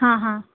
हां हां